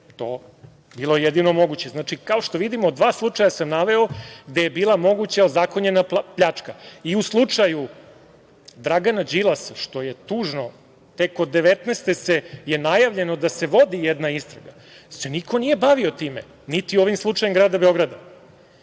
je to bilo jedino moguće. Znači, kao što vidimo, dva slučaja sam naveo gde je bila moguća ozakonjena pljačka.U slučaju Dragana Đilasa, što je tužno, tek od devetnaeste je najavljeno da se vodi jedna istraga, niko se nije bavio time, niti ovim slučajem Grada Beograda.